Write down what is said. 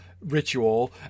ritual